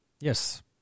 Yes